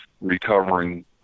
recovering